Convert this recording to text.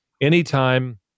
anytime